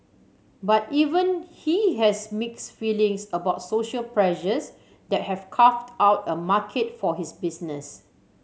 but even he has has mixed feelings about social pressures that have carved out a market for his business